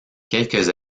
quelques